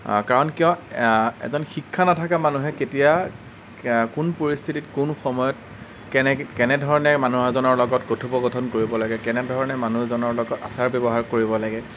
কাৰণ কিয় এজন শিক্ষা নথকা মানুহে কেতিয়া কোন পৰিস্থিতিত কোন সময়ত কেনে কেনেধৰণে মানুহ এজনৰ লগত কথোপকথন কৰিব লাগে কেনে ধৰণে মানুহজনৰ লগত আচাৰ ব্যৱহাৰ কৰিব লাগে